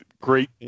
great